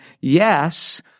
yes